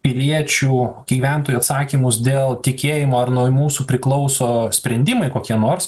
piliečių gyventojų atsakymus dėl tikėjimo ar nuo mūsų priklauso sprendimai kokie nors